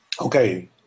okay